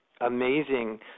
amazing